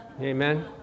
Amen